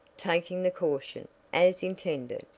taking the caution, as intended,